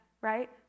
right